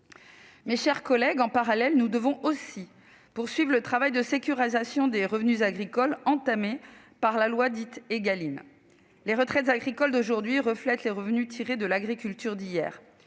Mes chers collègues, en parallèle, nous devons aussi poursuivre le travail de sécurisation des revenus agricoles entamé par la loi dite Égalim. Les retraites agricoles d'aujourd'hui reflètent les revenus tirés de l'agriculture d'hier.